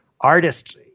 Artists